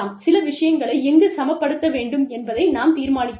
சில விஷயங்களை எங்குச் சமப்படுத்த வேண்டும் என்பதை நாம் தீர்மானிக்கிறோம்